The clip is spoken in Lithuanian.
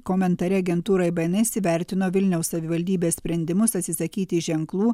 komentare agentūrai bns įvertino vilniaus savivaldybės sprendimus atsisakyti ženklų